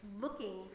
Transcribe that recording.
looking